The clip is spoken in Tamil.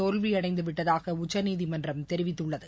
தோல்வியடைந்து விட்டதாக உச்சநீதிமன்றம் தெரிவித்துள்ளது